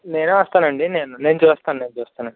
నేనే వస్తానండి నేను నేను చూస్తాను నేను చూస్తాను అండి